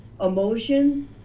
emotions